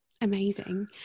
Amazing